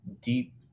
deep